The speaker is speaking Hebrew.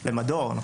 למדור.